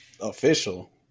Official